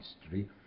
history